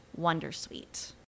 Wondersuite